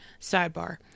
Sidebar